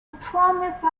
promise